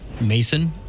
Mason